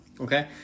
Okay